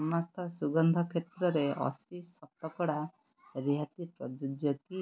ସମସ୍ତ ସୁଗନ୍ଧ କ୍ଷେତ୍ରରେ ଅଶୀ ଶତକଡ଼ା ରିହାତି ପ୍ରଯୁଜ୍ୟ କି